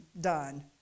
done